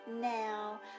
Now